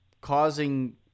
causing